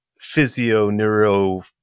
physio-neuro